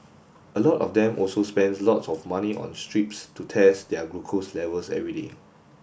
a lot of them also spend lots of money on strips to test their glucose levels every day